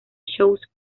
shows